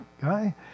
guy